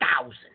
thousand